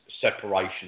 separation